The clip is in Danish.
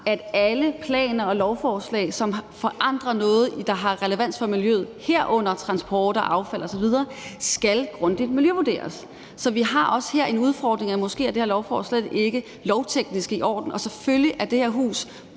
at alle planer og lovforslag, som forandrer noget, der har relevans for miljøet, herunder transport af affald osv., skal miljøvurderes grundigt. Så vi har også her en udfordring; måske er det her lovforslag slet ikke lovteknisk i orden. Og selvfølgelig er det vores